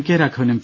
K Raghavan M